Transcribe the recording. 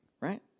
right